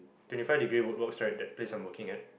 twenty five degree workload right the place I'm working at